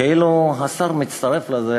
כאילו השר מצטרף לזה,